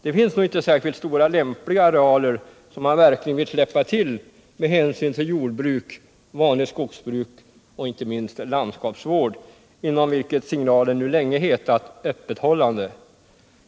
Det finns nog inte särskilt stora lämpliga arealer som man verkligen vill släppa till, med hänsyn till jordbruk, vanligt skogsbruk och inte minst landskapsvård, inom vilket signalen nu länge hetat öppethållande.